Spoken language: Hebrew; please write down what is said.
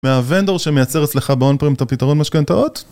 מהוונדור שמייצר אצלך באון פרים את הפתרון משכנתאות?